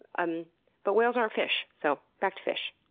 um but, whales aren't fish. so, back to fish.